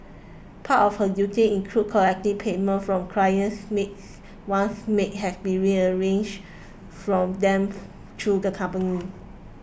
part of her duties included collecting payments from clients maids once maids had been arranged for them through the company